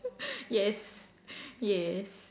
yes yes